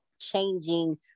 changing